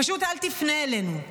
פשוט אל תפנה אלינו.